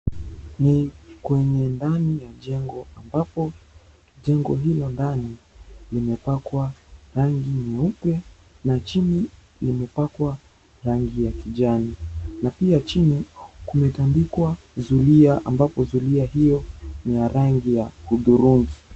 Ni kwenye ndani ya jengo ambapo jengo hilo ndani imepakwa rangi nyeupe na chini imepakwa rangi ya kijani na pia chini kumetandikwa zulia ambapo zulia hiyo ni ya rangi ya hudhurungi.